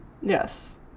Yes